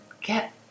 get